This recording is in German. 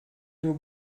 nur